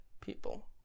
people